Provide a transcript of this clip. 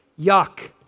Yuck